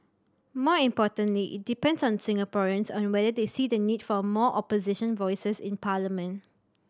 more importantly it depends on Singaporeans on whether they see the need for more Opposition voices in parliament